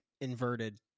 inverted